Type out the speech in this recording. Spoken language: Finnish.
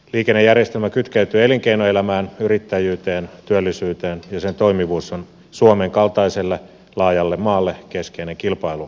liikennejärjestelmä kytkeytyy elinkeinoelämään yrittäjyyteen työllisyyteen ja sen toimivuus on suomen kaltaiselle laajalle maalle keskeinen kilpailukykytekijä